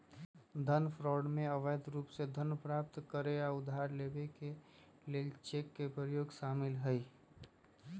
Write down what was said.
cheque fraud में अवैध रूप से धन प्राप्त करे आऽ उधार लेबऐ के लेल चेक के प्रयोग शामिल हइ